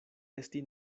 esti